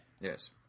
Yes